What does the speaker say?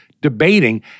debating